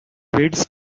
feeds